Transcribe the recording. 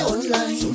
Online